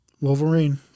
wolverine